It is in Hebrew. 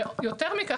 יורת מכך,